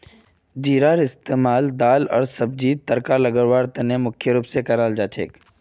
जीरार इस्तमाल दाल आर सब्जीक तड़का लगव्वार त न मुख्य रूप स कराल जा छेक